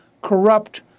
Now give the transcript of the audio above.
corrupt